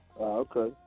Okay